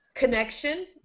connection